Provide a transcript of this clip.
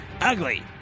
ugly